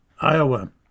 Iowa